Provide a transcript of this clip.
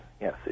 Yes